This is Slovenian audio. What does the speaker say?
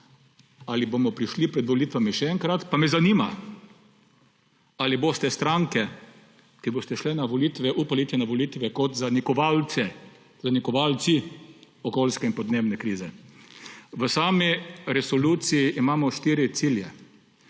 ali bomo prišli pred volitvami še enkrat. Pa me zanima, ali boste stranke, ki boste šle na volitve, upale iti na volitve kot zanikovalci okoljske in podnebne krize. V sami resoluciji imamo štiri cilje.